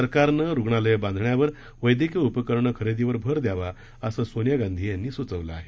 सरकारनं स्पितळ बांधण्यावर वैद्यकीय उपकरणे खरेदीवर भर द्यावा असं सोनिया गांधी यांनी सुचवलं आहे